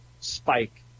spike